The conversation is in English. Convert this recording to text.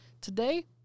Today